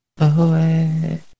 away